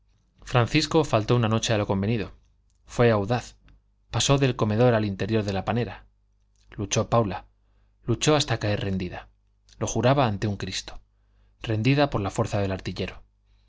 francisco faltó una noche a lo convenido fue audaz pasó del corredor al interior de la panera luchó paula luchó hasta caer rendida lo juraba ante un cristo rendida por la fuerza del artillero